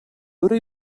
dura